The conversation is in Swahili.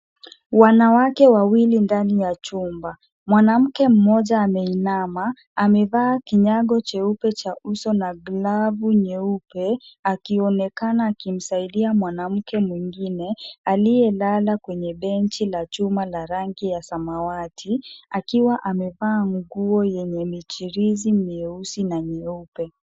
Wanawake wawili ndani ya chumba. Mwanamke mmoja ameinama, amevaa kinyago cheupe cha uso na glavu nyeupe, akionekana akimsaidia mwanamke mwingine, aliyelala kwenye benchi la chuma la rangi ya samawati, akiwa amevaa nguo yenye michirizi mieusi na mieupe.